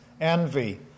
envy